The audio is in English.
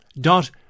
dot